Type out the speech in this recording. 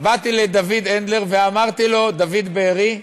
באתי לדוד הנדלר ואמרתי לו, דוד בארי: